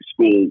school